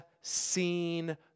seen